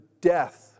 death